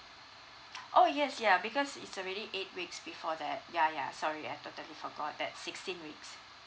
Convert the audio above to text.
oh yes ya because it's already eight weeks before that ya ya sorry I totally forgot that's sixteen weeks